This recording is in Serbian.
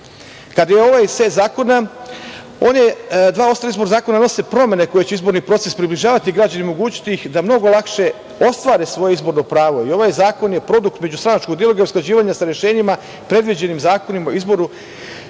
koje su svet Srbije. Dva ostala izborna zakona nose promene koje će izborni proces približavati građanima i omogućiti ih da mnogo lakše ostvare svoje izborno pravo i ovaj zakon je produkt međustranačkog dijaloga i usklađivanja sa rešenjima predviđenim Zakonom o izboru